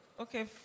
Okay